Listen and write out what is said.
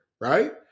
right